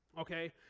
Okay